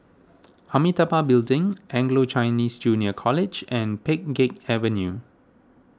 Amitabha Building Anglo Chinese Junior College and Pheng Geck Avenue